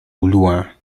ulua